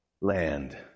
land